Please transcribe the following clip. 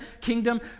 kingdom